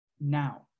now